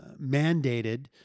mandated